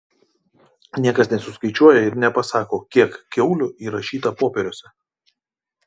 niekas nesuskaičiuoja ir nepasako kiek kiaulių įrašyta popieriuose